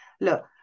look